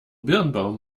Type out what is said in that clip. birnbaum